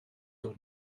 dod